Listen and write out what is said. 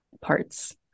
parts